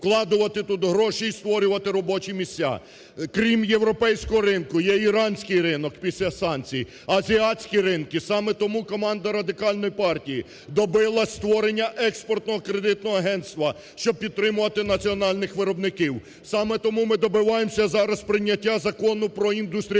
вкладати тут гроші і створювати робочі місця. Крім європейського ринку є іранський ринок після санкцій, азіатські ринки. Саме тому команда Радикальної партії добилася створення експортного кредитного агентства, щоб підтримувати національних виробників. Саме тому ми добиваємося зараз прийняття Закону про індустріальні